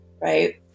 right